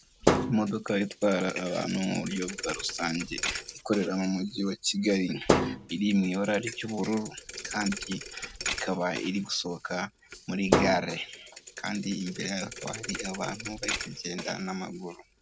Imodoka itwara abantu mu buryo bwa rusange, ikorera mu mugi wa Kigali, iri mu ibara ry'ubururu kandi ikaba iri gusohoka muri gare kandi imbere yayo hakaba hari abantu bari kugenda n'amaguru.